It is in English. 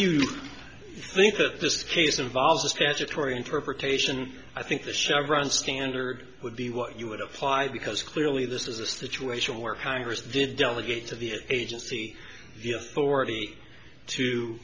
you think that this case involves a statutory interpretation i think the chevron standard would be what you would apply because clearly this is a situation where congress did delegate to the agency